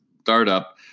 startup